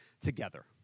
together